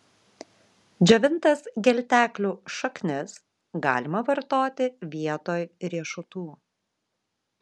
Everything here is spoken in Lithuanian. džiovintas gelteklių šaknis galima vartoti vietoj riešutų